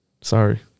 Sorry